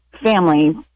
family